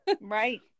right